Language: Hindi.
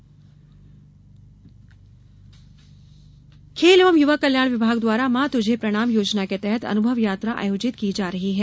मॉ तुझे प्रणाम खेल एवं युवा कल्याण विभाग द्वारा माँ तुझे प्रणाम योजना के तहत अनुभव यात्रा आयोजित की जा रही है